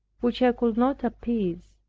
which i could not appease.